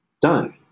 Done